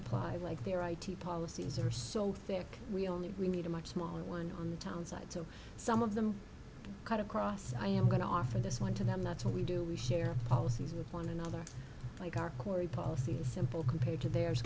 apply like their id policies are so thick we only we need a much smaller one on the town side so some of them cut across i am going to offer this one to them that's what we do we share policies with one another like our quarry policy simple compared to theirs